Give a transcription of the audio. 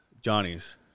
Johnny's